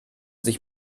sich